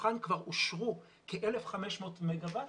מתוכן כבר אושרו כ-1,500 מגה-ואט